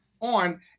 on